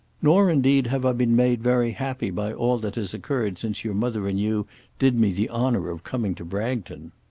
nor, indeed, have i been made very happy by all that has occurred since your mother and you did me the honour of coming to bragton.